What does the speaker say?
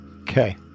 okay